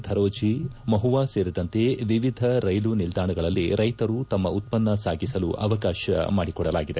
ಧರೋಜಿ ಮಹುವಾ ಸೇರಿದಂತೆ ವಿವಿಧ ರೈಲು ನಿಲ್ದಾಣಗಳಲ್ಲಿ ರೈತರು ತಮ್ಮ ಉತ್ಪನ್ನ ಸಾಗಿಸಲು ಅವಕಾಶ ಮಾಡಿಕೊಡಲಾಗಿದೆ